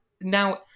now